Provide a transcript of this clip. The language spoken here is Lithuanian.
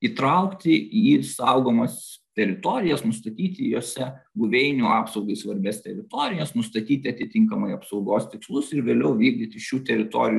įtraukti į saugomas teritorijas nustatyti juose buveinių apsaugai svarbias teritorijas nustatyti atitinkamai apsaugos tikslus ir vėliau vykdyti šių teritorijų